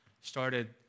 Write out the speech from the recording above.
started